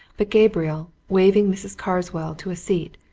but gabriel, waving mrs. carswell to a seat,